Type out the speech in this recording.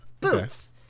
Boots